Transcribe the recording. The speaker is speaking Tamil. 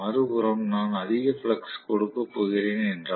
மறுபுறம் நான் அதிக ஃப்ளக்ஸ் கொடுக்கப் போகிறேன் என்றால்